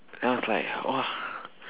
then I was like !whoa!